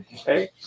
okay